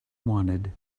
wanted